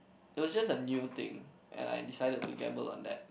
it was just a new thing and I decided to gamble on that